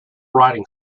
writing